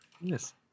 Yes